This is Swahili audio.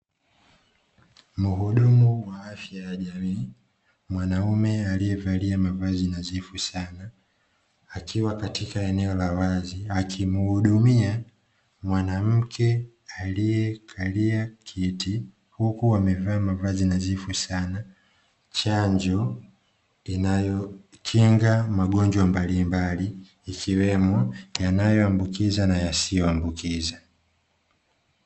Muhudumu wa afya ya jamii, mwanaume aliyevalia mavazi nadhifu sana akiwa katika eneo la wazi akimhudumia mwanamke aliyekalia kiti, huku amevaa mavazi nadhifu sana, chanjo inayokinga magonjwa mbalimbali ikiwemo yanayoambukiza na yasiyoambukiza.